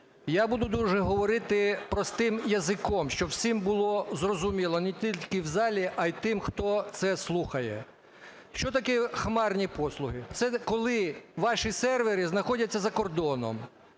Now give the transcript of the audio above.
Я буду дуже говорити простим язиком, щоб всім було зрозуміло не тільки в залі, а й тим, хто це слухає. Що таке хмарні послуги? Це коли ваші сервери знаходяться за кордоном.